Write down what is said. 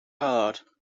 heard